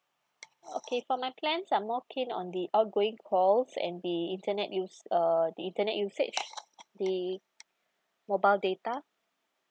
okay for my plans I'm more keen on the outgoing calls and be internet use uh the internet usage the mobile data